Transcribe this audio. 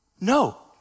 No